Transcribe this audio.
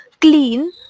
clean